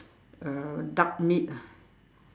uh duck meat ah